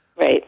Right